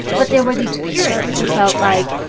but there were these purists who felt like,